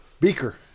Beaker